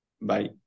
Bye